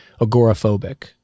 agoraphobic